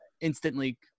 instantly